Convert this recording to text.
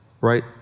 right